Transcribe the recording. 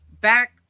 Back